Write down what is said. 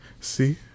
See